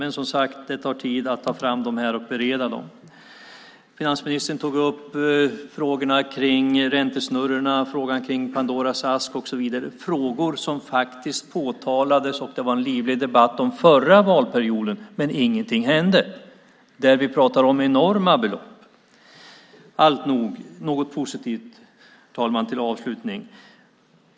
Det tar, som sagt, tid att ta fram och bereda detta. Finansministern tog upp frågorna om räntesnurrorna och Pandoras ask. Det är frågor som faktiskt påtalades och som det var en livlig debatt om under den förra valperioden, men ingenting hände. Där pratar vi om enorma belopp. Herr talman! Jag ska avslutningsvis säga något positivt.